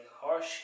harsh